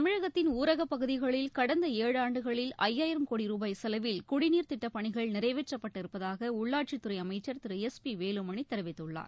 தமிழகத்தின் ஊரகப் பகுதிகளில் கடந்தஏழாண்டுகளில் ஐயாயிரம் கோடி ரூபாய் செலவில் குடிநீர் நிறைவேற்றப்பட்டு திட்டப்பணிகள் இருப்பதாகஉள்ளாட்சித் துறைஅமைச்சர் திரு எஸ் பிவேலுமணிதெரிவித்துள்ளார்